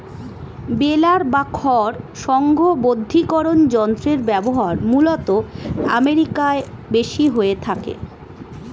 বেলার বা খড় সংঘবদ্ধীকরন যন্ত্রের ব্যবহার মূলতঃ আমেরিকায় বেশি হয়ে থাকে